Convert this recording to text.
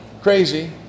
crazy